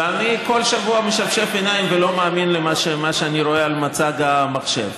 ואני כל שבוע משפשף עיניים ולא מאמין למה שאני רואה על צג המחשב,